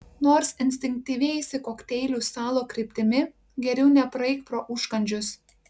nors instinktyviai eisi kokteilių stalo kryptimi geriau nepraeik pro užkandžius